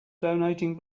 donating